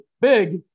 big